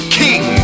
king